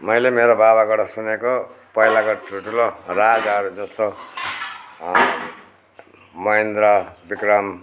मैले मेरो बाबाकोबाट सुनेको पहिलाको ठुल्ठुलो राजाहरू जस्तो महेन्द्र विक्रम